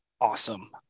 awesome